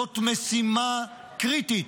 זאת משימה קריטית.